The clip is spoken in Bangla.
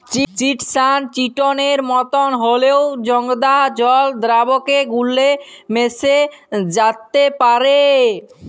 চিটসান চিটনের মতন হঁল্যেও জঁদা জল দ্রাবকে গুল্যে মেশ্যে যাত্যে পারে